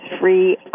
free